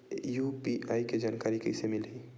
UPI के जानकारी कइसे मिलही?